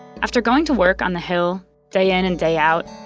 after going to work on the hill day in and day out,